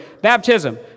baptism